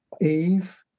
Eve